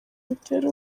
bitera